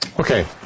Okay